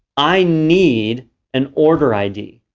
i need an order id.